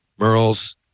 Merles